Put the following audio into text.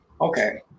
Okay